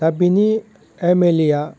दा बिनि M L A आ